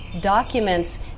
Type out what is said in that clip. documents